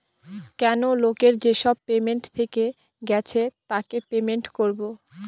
কেনো লোকের যেসব পেমেন্ট থেকে গেছে তাকে পেমেন্ট করবো